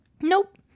Nope